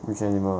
which animal ah